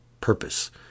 purpose